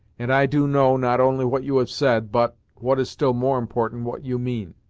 and i do know not only what you have said, but, what is still more important, what you mean.